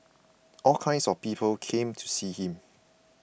all kinds of people came to see him